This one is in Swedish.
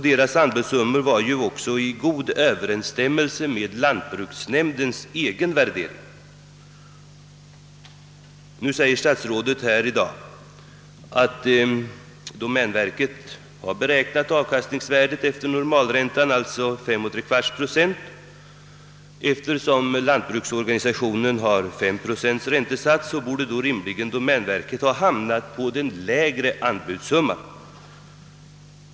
Deras anbudssummor stod ju också i ganska god överensstämmelse med lantbruksnämndens egen värdering. Nu säger statsrådet att domänverket beräknat avkastningsvärdet efter normalräntan, alltså 53/4 procent. Eftersom lantbruksorganisationen har 5: procents räntesats borde då rimligen domänverket ha hamnat på en lägre anbudssumma.